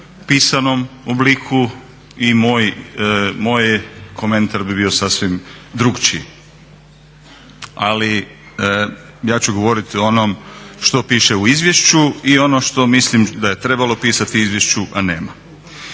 pisanom obliku i moj komentar bi bio sasvim drukčiji, ali ja ću govorit o onom što piše u izvješću i ono što mislim da je trebalo pisat u izvješću, a nema.